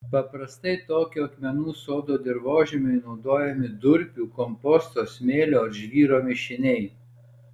paprastai tokio akmenų sodo dirvožemiui naudojami durpių komposto smėlio ar žvyro mišiniai